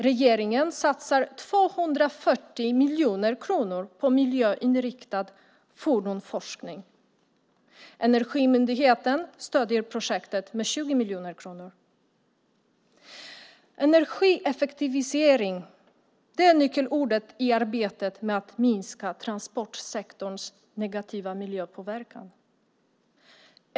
Regeringen satsar 240 miljoner kronor på miljöinriktad fordonsforskning. Energimyndigheten stöder projektet med 20 miljoner kronor. Energieffektivisering är nyckelordet i arbetet med att minska transportsektorns negativa miljöpåverkan.